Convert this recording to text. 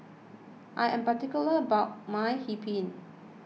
I am particular about my Hee Pan